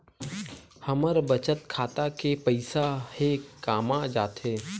हमर बचत खाता के पईसा हे कामा जाथे?